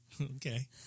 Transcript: Okay